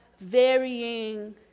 varying